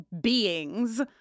beings